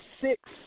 six